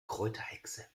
kräuterhexe